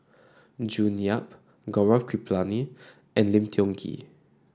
June Yap Gaurav Kripalani and Lim Tiong Ghee